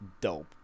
dope